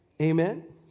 Amen